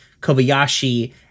Kobayashi